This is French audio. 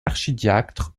archidiacre